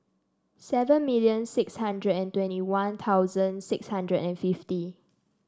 seven million six hundred and twenty One Thousand six hundred and fifty